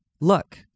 Look